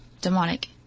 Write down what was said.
demonic